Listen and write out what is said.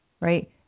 right